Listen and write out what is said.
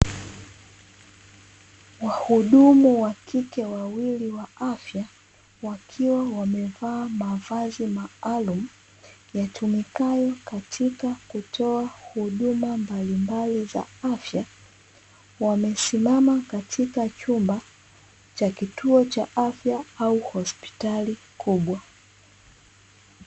Wahudumu wakike wawili wa afya wakiwa wamevaa mavazi maalumu yatumikayo katika kutoa huduma mbalimbali za afya, wamesimama katika chumba cha kituo cha afya au hospitali kubwa.